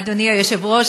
אדוני היושב-ראש,